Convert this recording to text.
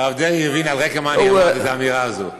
הרב דרעי הבין על רקע מה אני אמרתי את האמירה הזאת.